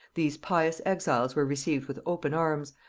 these pious exiles were received with open arms,